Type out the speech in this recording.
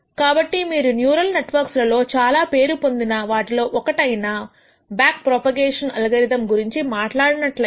కాబట్టి మీరు neural networks ల లో చాలా పేరు పొందిన వాటిలో ఒకటేన బ్యాక్ ప్రోపగేషన్ అల్గోరిథమ్ గురించి మాట్లాడినట్లయితే